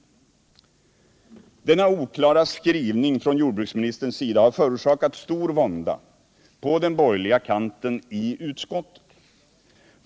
13 Denna oklara skrivning från jordbruksministerns sida har förorsakat stor vånda på den borgerliga kanten i utskottet.